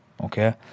Okay